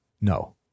No